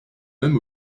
même